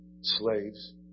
slaves